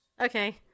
Okay